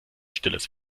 stilles